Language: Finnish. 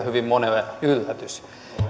hyvin monelle yllätys